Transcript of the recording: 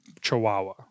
chihuahua